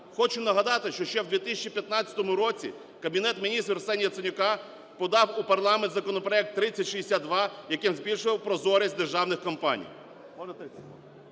хочу нагадати, що ще у 2015 році Кабінет Міністрів Арсенія Яценюка подав у парламент законопроект 3062, яким збільшував прозорість державних компаній.